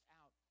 out